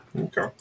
Okay